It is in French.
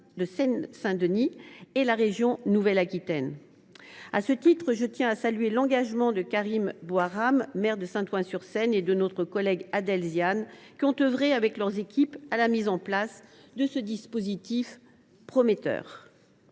de Seine Saint Denis ou la région Nouvelle Aquitaine. Je tiens à saluer l’engagement de Karim Bouamrane, maire de Saint Ouen sur Seine, et de notre collègue Adel Ziane, qui ont œuvré avec leurs équipes à la mise en place de ce dispositif prometteur.